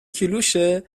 کیلوشه